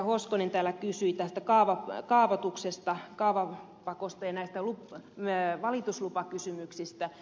hoskonen täällä kysyi kaavoituksesta kaavapakosta ja valituslupakysymyksistä